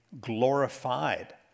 glorified